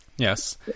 Yes